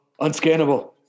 unscannable